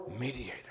mediator